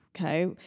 Okay